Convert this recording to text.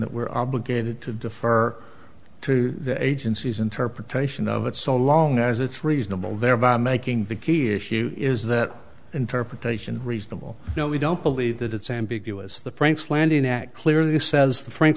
that we're obligated to defer to the agency's interpretation of but so long as it's reasonable thereby making the key issue is that interpretation reasonable no we don't believe that it's ambiguous the franks landing act clearly says the frank